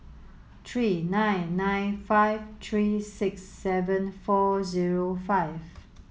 three nine nine five three six seven four zero five